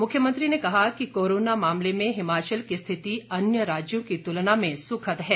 मुख्यमंत्री ने कहा कि कोरोना मामले में हिमाचल की स्थिति अन्य राज्यों की तुलना में सुखद है